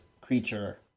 creature